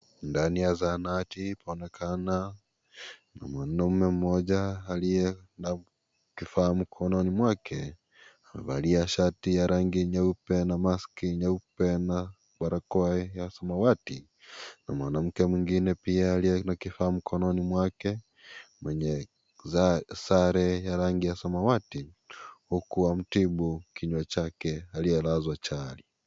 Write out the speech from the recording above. Ndani ya zahanati paonekana mwanaume mmoja aliye na kifaa mkononi mwake. Amevalia shati ya rangi nyeupe na mask nyeupe na barakoa ya samawati na mwanamke mwengine pia aliye na kifaa mkononi mwake, mwenye sare ya rangi ya samawati huku wamtibu kinywa chake aliyelazwa chali.